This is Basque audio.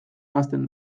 hazten